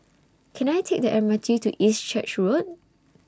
Can I Take The M R T to East Church Road